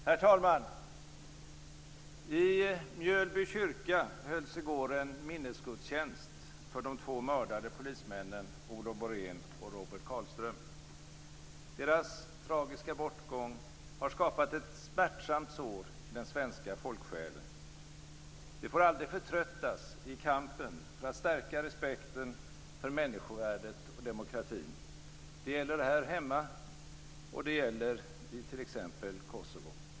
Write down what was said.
Herr talman! I Mjölby kyrka hölls i går en minnesgudstjänst för de två mördade polismännen Olov Borén och Robert Karlström. Deras tragiska bortgång har skapat ett smärtsamt sår i den svenska folksjälen. Vi får aldrig förtröttas i kampen för att stärka respekten för människovärdet och demokratin. Det gäller här hemma, och det gäller i t.ex. Kosovo.